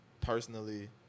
personally